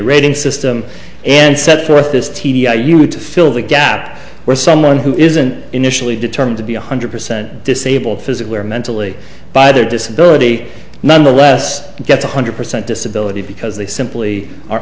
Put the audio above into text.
rating system and set forth this t d i you would fill the gap where someone who isn't initially determined to be one hundred percent disabled physically or mentally by their disability nonetheless gets one hundred percent disability because they simply are